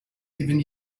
even